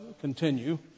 continue